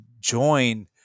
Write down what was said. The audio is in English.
join